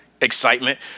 excitement